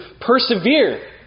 persevere